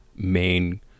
main